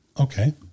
Okay